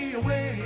away